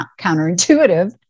counterintuitive